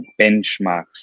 benchmarks